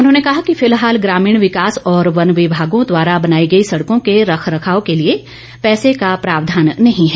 उन्होंने कहा कि फिलहाल ग्रामीण विकास और वन विभागों द्वारा बनाई गई सड़कों के रखरखाव के लिए पैसे का प्रावधान नहीं है